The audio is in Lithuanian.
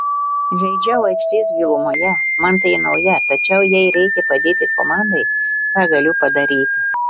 žaidžiau aikštės gilumoje man tai nauja tačiau jei reikia padėti komandai tą galiu padaryti